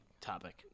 topic